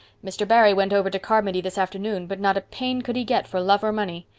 mr. barry went over to carmody this afternoon but not a pane could he get for love or money.